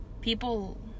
people